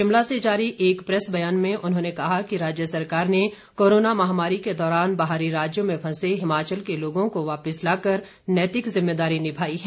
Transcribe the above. शिमला से जारी एक प्रैस बयान में उन्होंने कहा कि राज्य सरकार ने कोरोना महामारी के दौरान बाहरी राज्यों में फंसे हिमाचल के लोगों को वापिस लाकर नैतिक जिम्मेदारी निभाई है